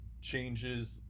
changes